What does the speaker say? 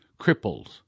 cripples